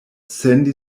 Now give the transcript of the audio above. sandy